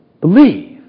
believe